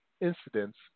Incidents